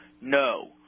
No